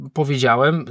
powiedziałem